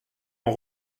ont